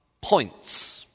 points